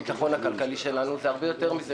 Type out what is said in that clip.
הביטחון הכלכלי שלנו; זה הרבה יותר מזה,